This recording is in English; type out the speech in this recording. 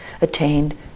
attained